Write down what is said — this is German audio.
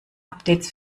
updates